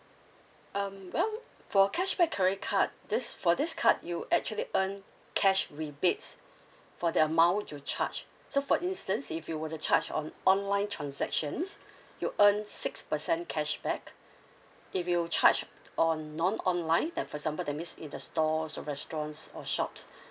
um well for cashback current card this for this card you actually earn cash rebates for the amount you charge so for instance if you were to charge on online transactions you earn six percent cashback if you charge on non online like for example that means in the stores restaurants or shops